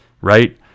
Right